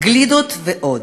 גלידות ועוד.